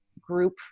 group